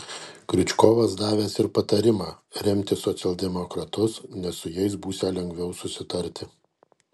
kriučkovas davęs ir patarimą remti socialdemokratus nes su jais būsią lengviau susitarti